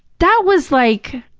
that was, like,